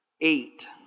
Eight